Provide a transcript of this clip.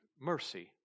mercy